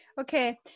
Okay